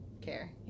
care